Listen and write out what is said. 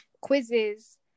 quizzes